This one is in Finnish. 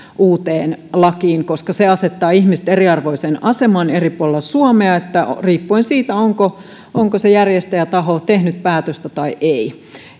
uuteen lakiin koska se asettaa ihmiset eriarvoiseen asemaan eri puolilla suomea riippuen siitä onko se järjestäjätaho tehnyt päätöstä vai ei